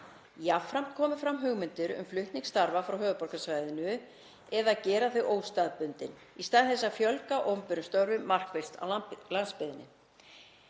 Jafnframt komu fram hugmyndir um flutning starfa frá höfuðborgarsvæðinu eða að gera þau óstaðbundin í stað þess að fjölga opinberum störfum markvisst á landsbyggðinni.